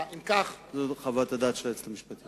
זו חוות הדעת של היועצת המשפטית.